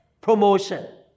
Promotion